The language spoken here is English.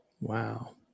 Wow